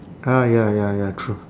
ah ya ya ya true